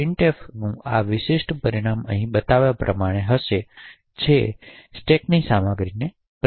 પ્રિન્ટફનું આ વિશિષ્ટ પરિણામ અહીં બતાવ્યા પ્રમાણે હશે જે આવશ્યકરૂપે સ્ટેકની સામગ્રીને પ્રિન્ટ કરશે